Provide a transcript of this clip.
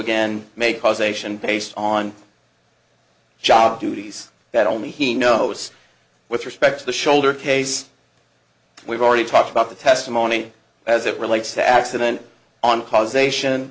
again may causation based on job duties that only he knows with respect to the shoulder case we've already talked about the testimony as it relates to accident on causation